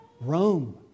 Rome